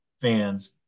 fans